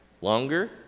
Longer